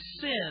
sin